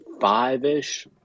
five-ish